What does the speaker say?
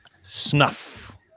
Snuff